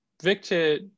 Victor